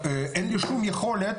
אין לי שום יכולת,